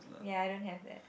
ya I don't have that